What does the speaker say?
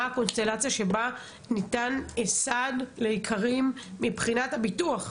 הקונסטלציה שבה ניתן סעד לאיכרים מבחינת הביטוח.